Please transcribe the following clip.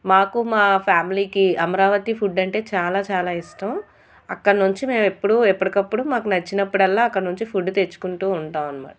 మాకు మా ఫ్యామిలీకి అమరావతి ఫుడ్ అంటే చాలా చాలా ఇష్టం అక్కడి నుండి మేము ఎప్పుడూ ఎప్పటికప్పుడు మాకు నచ్చినప్పుడల్లా అక్కడి నుండి ఫుడ్ తెచ్చుకుంటూ ఉంటాం అన్నమాట